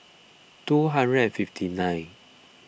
two hundred and fifty nine